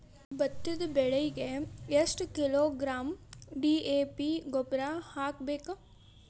ಭತ್ತದ ಬೆಳಿಗೆ ಎಷ್ಟ ಕಿಲೋಗ್ರಾಂ ಡಿ.ಎ.ಪಿ ಗೊಬ್ಬರ ಹಾಕ್ಬೇಕ?